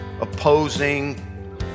opposing